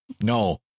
No